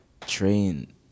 train